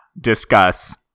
discuss